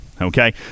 okay